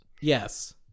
Yes